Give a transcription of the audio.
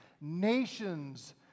nations